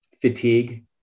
fatigue